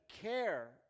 care